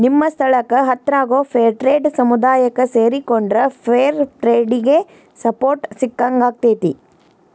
ನಿಮ್ಮ ಸ್ಥಳಕ್ಕ ಹತ್ರಾಗೋ ಫೇರ್ಟ್ರೇಡ್ ಸಮುದಾಯಕ್ಕ ಸೇರಿಕೊಂಡ್ರ ಫೇರ್ ಟ್ರೇಡಿಗೆ ಸಪೋರ್ಟ್ ಸಿಕ್ಕಂಗಾಕ್ಕೆತಿ